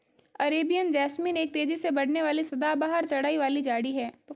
Arabian jasmine एक तेजी से बढ़ने वाली सदाबहार चढ़ाई वाली झाड़ी है